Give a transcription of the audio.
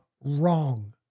wrong